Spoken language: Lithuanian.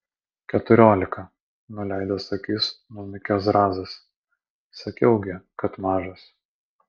keturiolika nuleidęs akis numykė zrazas sakiau gi kad mažas